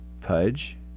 pudge